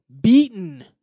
beaten